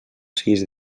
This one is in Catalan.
sis